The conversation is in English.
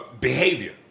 behavior